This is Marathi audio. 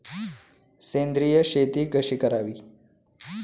सेंद्रिय शेती कशी करावी?